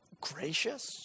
gracious